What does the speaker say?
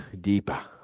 deeper